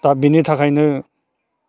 दा बिनि थाखायनो